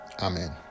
Amen